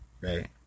Right